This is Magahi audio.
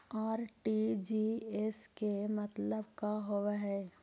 आर.टी.जी.एस के मतलब का होव हई?